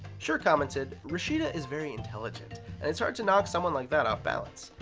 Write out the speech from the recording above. schur commented, rashida is very intelligent and it's hard to knock someone like that off balance.